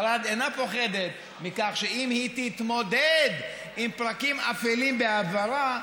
ספרד אינה פוחדת שאם היא תתמודד עם פרקים אפלים בעברה,